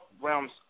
realms